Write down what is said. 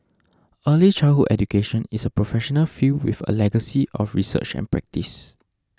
early childhood education is a professional field with a legacy of research and practice